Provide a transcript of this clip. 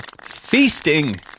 feasting